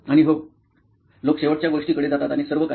आणि हो लोक शेवटच्या गोष्टी कडे जातात आणि सर्व काही